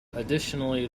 additionally